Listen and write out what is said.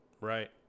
Right